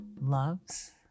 loves